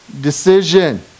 decision